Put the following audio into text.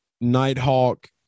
Nighthawk